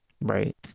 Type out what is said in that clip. Right